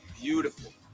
beautiful